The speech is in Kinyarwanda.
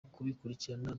kubikurikirana